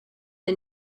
the